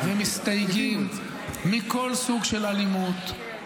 מגנים ומסתייגים מכל סוג של אלימות,